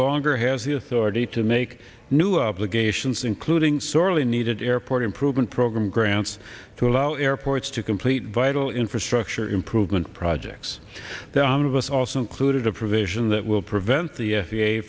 longer has the authority to make new obligations including sorely needed airport improvement program grants to allow airports to complete vital infrastructure improvement projects the omnibus also included a provision that will prevent the